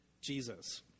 Jesus